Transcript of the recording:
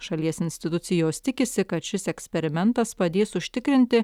šalies institucijos tikisi kad šis eksperimentas padės užtikrinti